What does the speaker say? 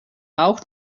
auch